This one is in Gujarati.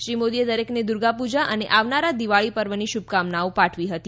શ્રી મોદીએ દરેકને દુર્ગાપૂજા અને આવનારા દિવાળી પર્વની શુભકામનાઓ પાઠવી હતી